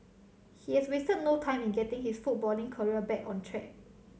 he has wasted no time in getting his footballing career back on track